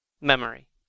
memory